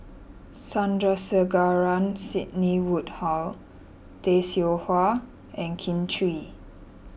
Sandrasegaran Sidney Woodhull Tay Seow Huah and Kin Chui